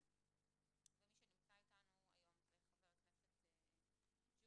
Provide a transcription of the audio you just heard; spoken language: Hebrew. ומי שנמצא איתנו היום זה חבר הכנסת ג'מעה.